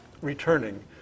returning